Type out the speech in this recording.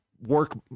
work